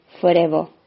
forever